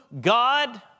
God